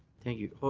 thank you.